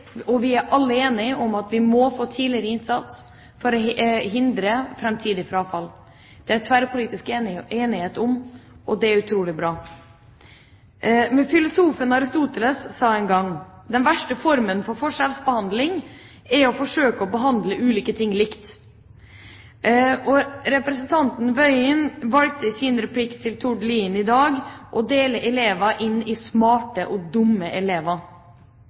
og vi er alle enige om at vi må få tidligere innsats for å hindre framtidig frafall. Det er det tverrpolitisk enighet om, og det er utrolig bra. Filosofen Aristoteles sa en gang at den verste formen for forskjellsbehandling er å forsøke å behandle ulike ting likt. Representanten Tingelstad Wøien valgte i sin replikk til Tord Lien i dag å dele elever inn i smarte og dumme elever.